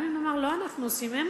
גם אם נאמר שלא אנחנו עושים,